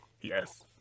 Yes